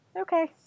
okay